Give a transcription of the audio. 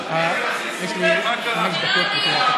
יש לי חמש דקות לפי התקנון.